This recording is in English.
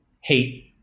hate